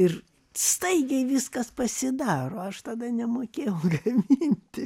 ir staigiai viskas pasidaro aš tada nemokėjau gaminti